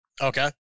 Okay